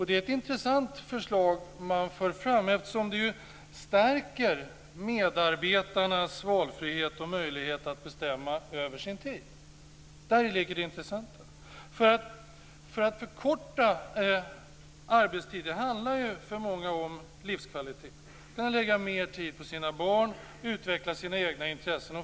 Det är ett intressant förslag man för fram, eftersom det stärker medarbetarnas valfrihet och möjlighet att bestämma över sin tid. Däri ligger det intressanta. Att förkorta arbetstiden handlar för många om livskvalitet. Då kan man lägga mer tid på sina barn och utveckla sina egna intressen.